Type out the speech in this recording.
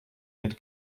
mit